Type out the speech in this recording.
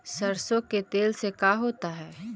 सरसों के तेल से का होता है?